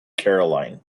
caroline